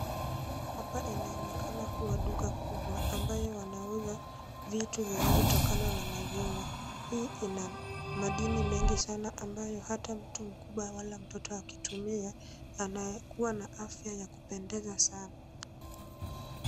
Hapa inaonekana kuwa duka kubwa ambayo wanauza vitu vinayotokana na maziwa. Hii ina madini mengi sana ambayo hata mtu mkubwa wala mtoto akitumia anakuwa na afya ya kupendeza sana.